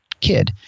kid